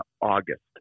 August